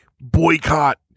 boycott